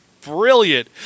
brilliant